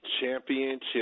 Championship